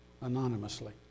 anonymously